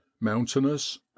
mountainous